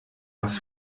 was